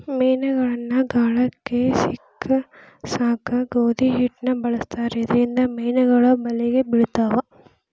ಮೇನಗಳನ್ನ ಗಾಳಕ್ಕ ಸಿಕ್ಕಸಾಕ ಗೋಧಿ ಹಿಟ್ಟನ ಬಳಸ್ತಾರ ಇದರಿಂದ ಮೇನುಗಳು ಬಲಿಗೆ ಬಿಳ್ತಾವ